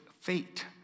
fate